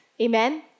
Amen